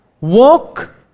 Walk